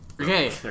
Okay